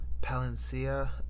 Palencia